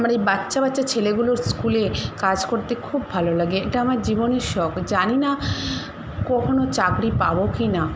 আমার এই বাচ্চা বাচ্চা ছেলেগুলোর স্কুলে কাজ করতে খুব ভালো লাগে এটা আমার জীবনের শখ জানি না কখনো চাকরি পাবো কিনা